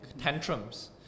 Tantrums